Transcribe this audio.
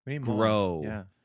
Grow